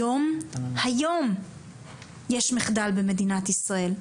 היום, היום יש מחדל במדינת ישראל.